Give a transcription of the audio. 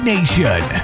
Nation